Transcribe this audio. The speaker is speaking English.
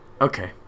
Okay